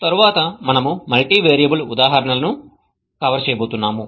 తరువాత మనము మల్టీవియరబుల్ ఉదాహరణలను సరే కవర్ చేయబోతున్నాము